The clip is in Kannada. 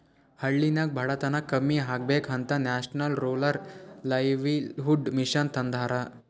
ಹಳ್ಳಿನಾಗ್ ಬಡತನ ಕಮ್ಮಿ ಆಗ್ಬೇಕ ಅಂತ ನ್ಯಾಷನಲ್ ರೂರಲ್ ಲೈವ್ಲಿಹುಡ್ ಮಿಷನ್ ತಂದಾರ